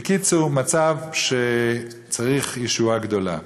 בקיצור, מצב שצריך ישועה גדולה.